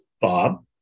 Bob